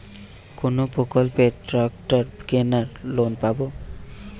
কোন প্রকল্পে ট্রাকটার কেনার লোন পাব?